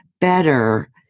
better